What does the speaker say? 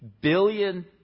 billion